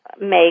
make